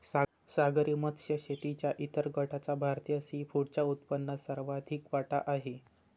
सागरी मत्स्य शेतीच्या इतर गटाचा भारतीय सीफूडच्या उत्पन्नात सर्वाधिक वाटा आहे